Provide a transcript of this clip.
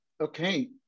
okay